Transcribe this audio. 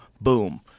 boom